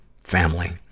family